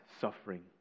suffering